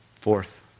fourth